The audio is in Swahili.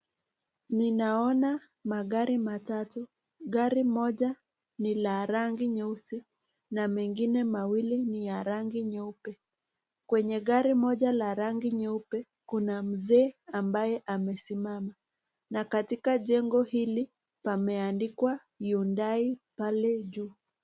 Ninaona magari matatu. Gari moja ni la rangi nyeusi na mengine mawili ni ya rangi nyeupe. Kwenye gari moja la rangi nyeupe, kuna mzee ambaye amesimama na katika jengo hili pameandikwa Hyundai pale juu.